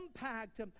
impact